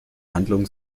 handlung